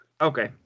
Okay